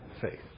faith